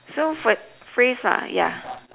so for phrase lah ya